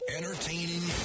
Entertaining